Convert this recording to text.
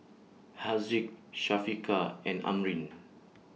Haziq Syafiqah and Amrin